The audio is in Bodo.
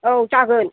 औ जागोन